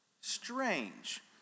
Strange